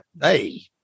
Hey